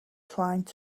climbed